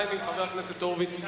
בינתיים אנחנו עם חבר הכנסת הורוביץ.